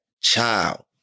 child